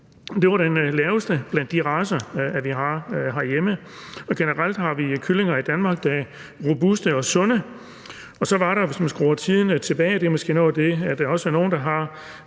Det er det laveste blandt de racer, vi har herhjemme, og generelt har vi kyllinger i Danmark, der er robuste og sunde. Hvis man skruer tiden tilbage – og det er måske noget af